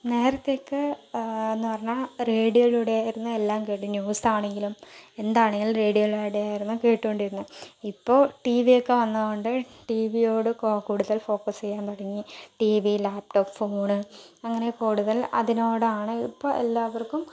നേരത്തെയൊക്കെ എന്ന് പറഞ്ഞാൽ റേഡിയോയിലൂടെ ആയിരുന്നു എല്ലാം ന്യൂസ് ആണെങ്കിലും എന്താണെങ്കിലും റേഡിയോയിലൂടെയായിരുന്നു കേട്ടുകൊണ്ടിരുന്നത് ഇപ്പോൾ ടിവിയൊക്കെ വന്നതുകൊണ്ട് ടിവിയോട് കൂടുതൽ ഫോക്കസ് ചെയ്യാൻ തുടങ്ങി ടിവി ലാപ്ടോപ്പ് ഫോണ് അങ്ങനെ കൂടുതൽ അതിനോടാണ് ഇപ്പോൾ എല്ലാവർക്കും